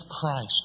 Christ